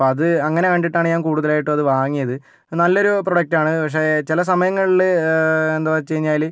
അപ്പം അത് അങ്ങനെ കണ്ടിട്ടാണ് ഞാൻ കൂടുതലായിട്ടും അത് വാങ്ങിയത് നല്ല ഒരു പ്രൊഡക്റ്റാണ് പക്ഷേ ചില സമയങ്ങളിൽ എന്താന്നു വച്ചു കഴിഞ്ഞാല്